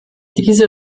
diese